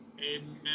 Amen